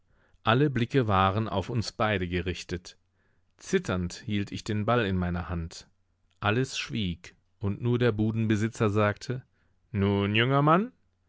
alle blicke waren auf uns beide gerichtet zitternd hielt ich den ball in meiner hand alles schwieg und nur der budenbesitzer sagte nun junger mann